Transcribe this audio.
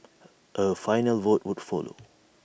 A final vote would follow